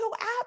app